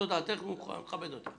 זו דעתך, אני מכבד אותה.